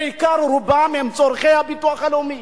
בעיקר, רובם הם צרכני הביטוח הלאומי.